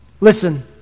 Listen